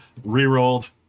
Rerolled